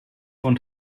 und